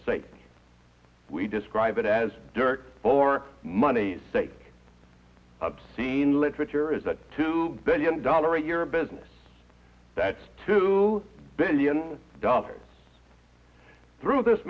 sake we describe it as dirt for money's sake obscene literature is a two billion dollar a year business that's two billion dollars through this